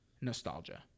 nostalgia